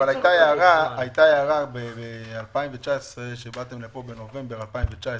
אבל הייתה הערה בנובמבר 2019,